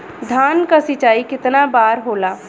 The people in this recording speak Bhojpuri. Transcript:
धान क सिंचाई कितना बार होला?